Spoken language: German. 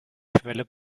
quelle